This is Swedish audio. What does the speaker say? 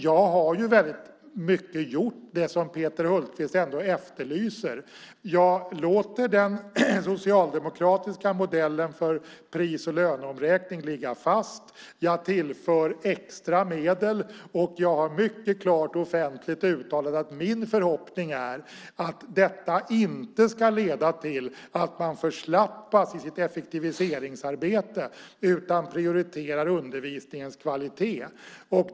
Jag har ju till stor del gjort det som Peter Hultqvist efterlyser. Jag låter den socialdemokratiska modellen för pris och löneavräkning ligga fast. Jag tillför extra medel, och jag har mycket klart offentligt uttalat att min förhoppning är att detta inte ska leda till att man förslappas i sitt effektiviseringsarbete, utan prioriterar undervisningens kvalitet.